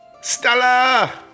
Stella